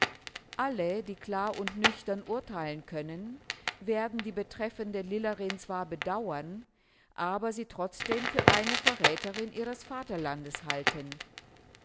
alle die klar und nüchtern urteilen können werden die betreffende lillerin zwar bedauern aber sie trotzdem für eine verräterin ihres vaterlandes halten